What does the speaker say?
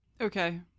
Okay